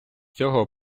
цього